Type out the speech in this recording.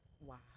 Wow